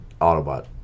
Autobot